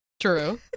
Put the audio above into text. true